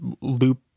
loop